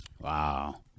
Wow